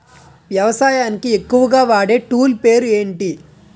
వ్యవసాయానికి ఎక్కువుగా వాడే టూల్ పేరు ఏంటి?